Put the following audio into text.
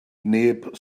neb